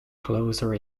closer